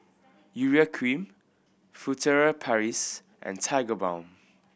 Urea Cream Furtere Paris and Tigerbalm